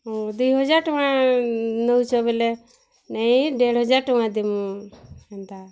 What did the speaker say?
ହୁଁ ଦୁଇ ହଜାର୍ଟଙ୍କା ନଉଛବୋଲେ ନେଇ ଦେଢ଼ହଜାର୍ ଟଙ୍କା ଦେମୁଁ ହେନ୍ତା